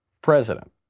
president